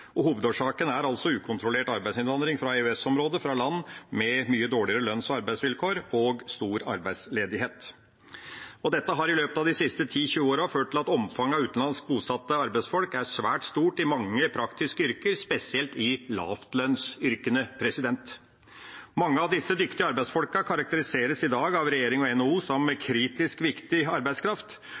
Hovedårsaken er altså ukontrollert arbeidsinnvandring fra EØS-området, fra land med mye dårligere lønns- og arbeidsvilkår og stor arbeidsledighet. Dette har i løpet av de siste 10–20 årene ført til at omfanget av utenlands bosatte arbeidsfolk er svært stort i mange praktiske yrker, spesielt i lavlønnsyrkene. Mange av disse dyktige arbeidsfolka karakteriseres i dag av regjering og NHO som kritisk viktig arbeidskraft,